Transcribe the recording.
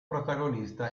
protagonista